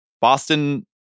Boston